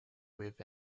with